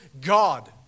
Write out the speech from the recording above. God